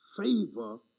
favor